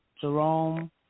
Jerome